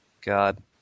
god